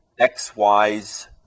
XYs